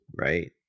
right